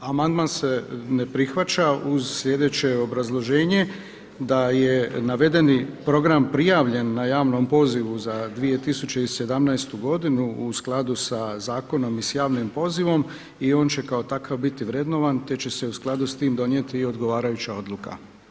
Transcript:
Amandman se ne prihvaća uz sljedeće obrazloženje da je navedeni program prijavljen na javnom pozivu za 2017. godinu u skladu sa zakonom i s javnim pozivom i on će kao takav biti vrednovan, te će se u skladu s tim donijeti i odgovarajuća odluka.